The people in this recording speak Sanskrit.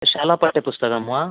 शालापाठ्यपुस्तकं वा